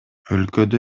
өлкөдө